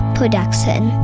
Production